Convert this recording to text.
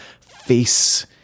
face